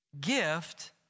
gift